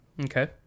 okay